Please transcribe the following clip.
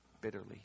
bitterly